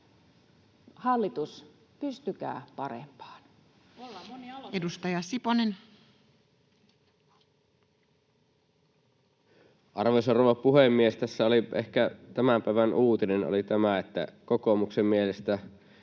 aloitettu!] Edustaja Siponen. Arvoisa rouva puhemies! Tässä ehkä tämän päivän uutinen oli tämä, että kokoomuksen mielestä